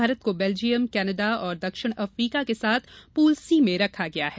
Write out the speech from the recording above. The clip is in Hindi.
भारत को बेल्जियम कनाडा और दक्षिण अफ्रीका के साथ पूल सी में रखा गया है